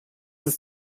ist